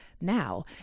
now